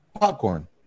Popcorn